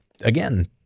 Again